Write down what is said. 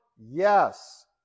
Yes